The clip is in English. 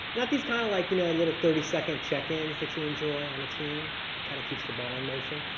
not these kind of like, you know, a little thirty second check-ins that you enjoy on a team that kind to keep the ball in motion.